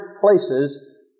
places